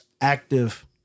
active